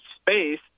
space